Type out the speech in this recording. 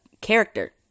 character